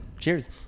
cheers